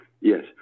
Yes